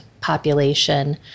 population